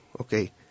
okay